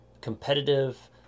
competitive